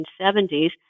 1970s